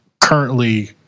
currently